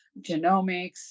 genomics